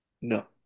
No